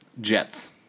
Jets